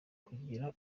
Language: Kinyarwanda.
wagira